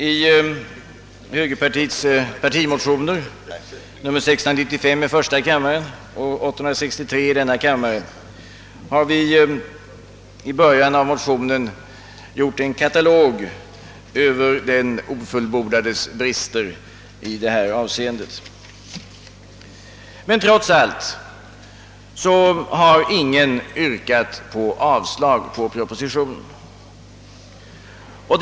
I högerpartiets motioner 1:695 och II: 863 har vi i inledningen gjort en katalog över den ofullbordades brister. Trots allt har dock ingen yrkat avslag på propositionen.